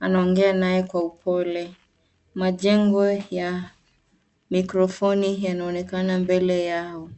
anaongea naye kwa upole. Majengo ya mikrofoni yanaonekana mbele yao.